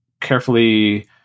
carefully